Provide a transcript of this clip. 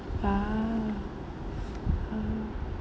ah ah